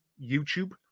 YouTube